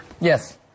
Yes